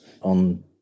on